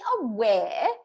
aware